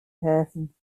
helfen